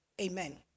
Amen